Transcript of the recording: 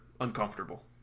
uncomfortable